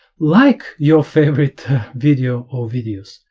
like your favorite video or videos,